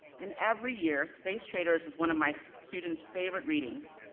and every year, space traders is one of my students favorite readings,